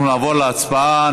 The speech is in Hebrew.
אנחנו נעבור להצבעה.